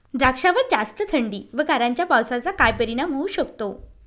द्राक्षावर जास्त थंडी व गारांच्या पावसाचा काय परिणाम होऊ शकतो?